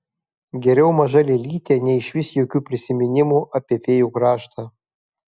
geriau maža lėlytė nei išvis jokių prisiminimų apie fėjų kraštą